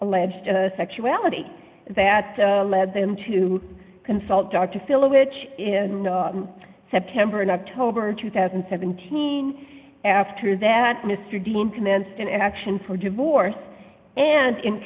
alleged sexuality that led them to consult dr phil which in september and october two thousand and seventeen after that mr dean commenced an action for divorce and in